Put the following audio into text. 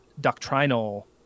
doctrinal